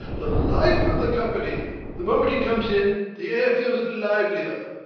the life of the company! the moment he comes in the air fe els livelier.